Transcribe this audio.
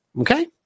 okay